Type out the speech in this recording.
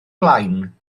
blaen